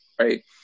right